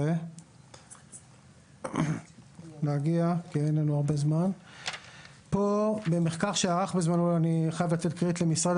13. במחקר שערך בזמנו משרד הפנים אני חייב לתת קרדיט למשרד